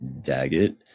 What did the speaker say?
Daggett